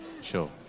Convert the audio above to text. sure